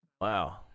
wow